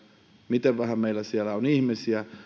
miten vähän meillä siellä on ihmisiä